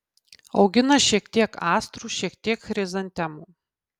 augina šiek tiek astrų šiek tiek chrizantemų